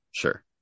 Sure